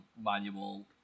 manual